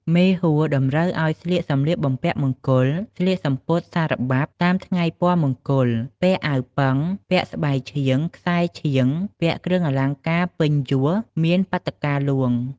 មេហួរ តម្រូវឱ្យស្លៀកសម្លៀកបំពាក់មង្គល ស្លៀកសំពត់សារបាប់តាមថ្ងៃពណ៌មង្គល ពាក់អាវពឹង ពាក់ស្បៃឆៀង ខ្សែរឆៀង ពាក់គ្រឿងអលង្ការពេញយស មានបាតុកាហ្លួង។